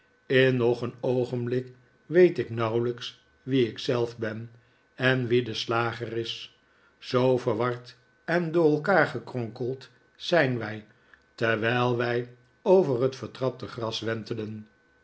in nog een oogenblik weet ik nauwelijks wie ik zelf ben en wie de slager is zoo verward en door elkaar gekronkeld zijn wij terwijl wij over het vertrapte gras wentelen